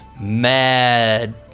mad